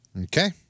Okay